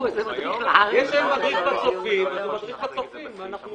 יש מדריך בצופים, אז הוא מדריך בצופים.